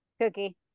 Cookie